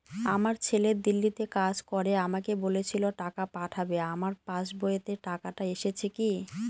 আমার ছেলে দিল্লীতে কাজ করে আমাকে বলেছিল টাকা পাঠাবে আমার পাসবইতে টাকাটা এসেছে কি?